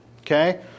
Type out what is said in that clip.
okay